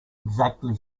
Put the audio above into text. exactly